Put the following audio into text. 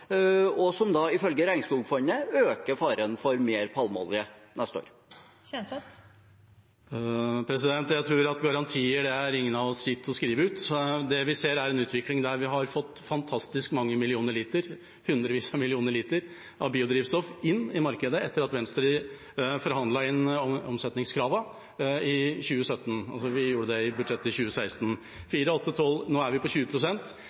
og som ifølge Regnskogfondet øker faren for mer palmeolje neste år? Jeg tror at garantier er ingen av oss gitt å skrive ut. Det vi ser, er en utvikling der vi har fått fantastisk mange millioner liter – hundrevis av millioner liter – biodrivstoff inn i markedet etter at Venstre forhandlet inn omsetningskravene i 2017. Vi gjorde det i budsjettet i 2016. 4–8–12 – nå er vi på